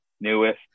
newest